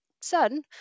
son